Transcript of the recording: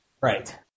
Right